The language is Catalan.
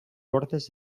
bordes